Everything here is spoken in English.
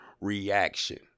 reaction